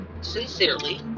sincerely